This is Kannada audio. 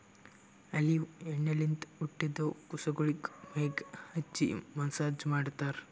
ಆಲಿವ್ ಎಣ್ಣಿಲಿಂತ್ ಹುಟ್ಟಿದ್ ಕುಸಗೊಳಿಗ್ ಮೈಗ್ ಹಚ್ಚಿ ಮಸ್ಸಾಜ್ ಮಾಡ್ತರ್